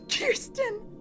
Kirsten